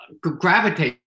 gravitate